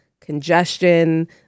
congestion